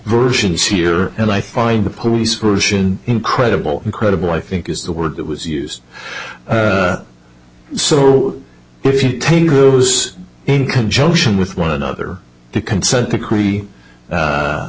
versions here and i find the police version incredible incredible i think is the word that was used so if you take those in conjunction with one another to consent